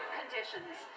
conditions